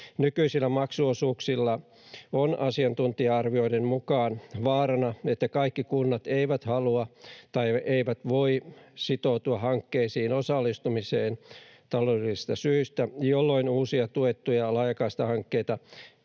Nykyisillä maksuosuuksilla on asiantuntija-arvioiden mukaan vaarana, että kaikki kunnat eivät halua tai eivät voi sitoutua hankkeisiin osallistumiseen taloudellisista syistä, jolloin uusia tuettuja laajakaistahankkeita